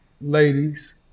ladies